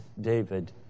David